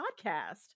podcast